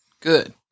Good